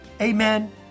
amen